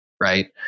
right